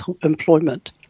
employment